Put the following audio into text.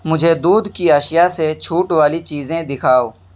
مجھے دودھ کی اشیا سے چھوٹ والی چیزیں دکھاؤ